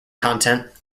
content